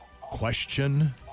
Question